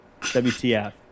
wtf